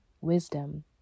wisdom